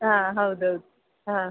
ಹಾಂ ಹೌದು ಹೌದು ಹಾಂ